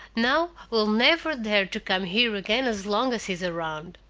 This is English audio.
now we'll never dare to come here again as long as he's around.